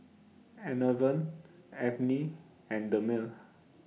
Enervon Avene and Dermale